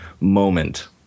moment